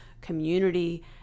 community